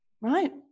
right